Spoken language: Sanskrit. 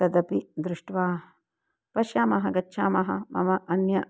तदपि दृष्ट्वा पश्यामः गच्छामः मम अन्या